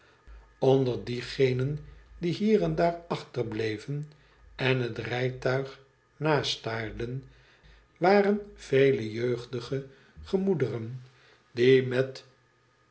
onder diegenen die hier en daar achterbleven en het rijtuig nastaarden waren vele jeugdige gemoederen die met